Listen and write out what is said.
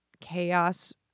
chaos